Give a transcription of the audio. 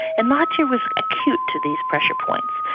and mahathir was acute to these pressure points.